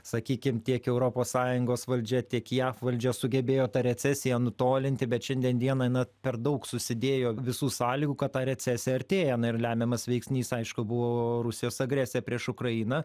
sakykim tiek europos sąjungos valdžia tiek jav valdžia sugebėjo tą recesiją nutolinti bet šiandien dienai na per daug susidėjo visų sąlygų kad ta recesija artėja na ir lemiamas veiksnys aišku buvo rusijos agresija prieš ukrainą